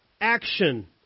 action